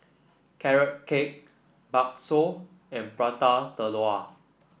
Carrot Cake bakso and Prata Telur